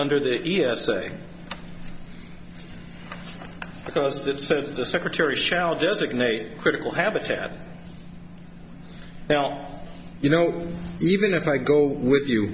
under the e s a because the so the secretary shall designate critical habitat well you know even if i go with you